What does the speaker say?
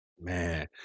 man